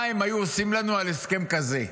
מה הם היו עושים לנו על הסכם כזה?